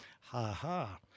Ha-ha